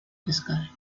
pescar